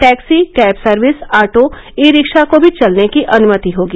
taxi cab service auto e rickshaw को भी चलने की अनुमति होगी